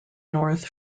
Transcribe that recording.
north